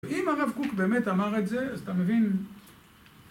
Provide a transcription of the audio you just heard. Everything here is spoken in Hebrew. אם הרב קוק באמת אמר את זה, אז אתה מבין...